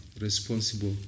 responsible